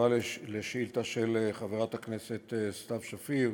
בתשובה על השאילתה של חברת הכנסת סתיו שפיר,